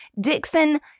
Dixon